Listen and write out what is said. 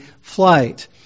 flight